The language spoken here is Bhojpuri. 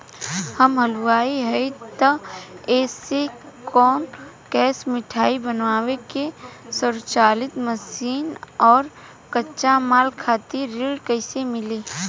हम हलुवाई हईं त ए.सी शो कैशमिठाई बनावे के स्वचालित मशीन और कच्चा माल खातिर ऋण कइसे मिली?